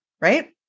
right